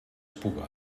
puga